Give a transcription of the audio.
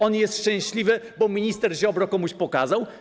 On jest szczęśliwy, bo minister Ziobro komuś pokazał?